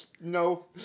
No